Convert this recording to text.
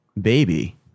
baby